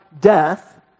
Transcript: death